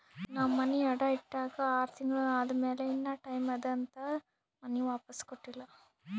ನಾವ್ ಮನಿ ಅಡಾ ಇಟ್ಟಾಗ ಆರ್ ತಿಂಗುಳ ಆದಮ್ಯಾಲ ಇನಾ ಟೈಮ್ ಅದಂತ್ ಮನಿ ವಾಪಿಸ್ ಕೊಟ್ಟಿಲ್ಲ